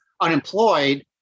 unemployed